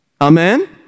Amen